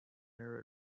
air